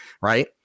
Right